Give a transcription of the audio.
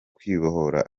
kwibohora